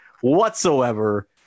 whatsoever